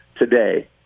today